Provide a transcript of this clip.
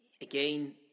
Again